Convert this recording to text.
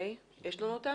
בוקר טוב